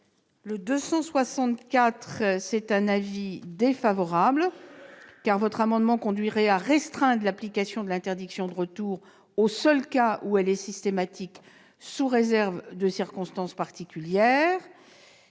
n° 264 rectifié, car son adoption conduirait à restreindre l'application de l'interdiction de retour aux seuls cas où elle est systématique, sous réserve de circonstances particulières.